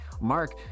Mark